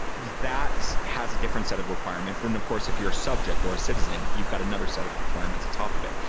that has a different set of requirements than, of course, if you're a subject or a citizen, you've got another set of requirements on top of it.